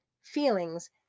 feelings